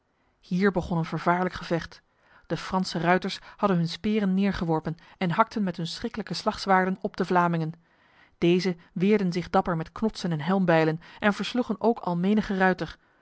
hier begon een vervaarlijk gevecht de franse ruiters hadden hun speren neergeworpen en hakten met hun schriklijke slagzwaarden op de vlamingen deze weerden zich dapper met knotsen en helmbijlen en versloegen ook al menige ruiter